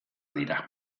dira